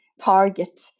target